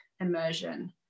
immersion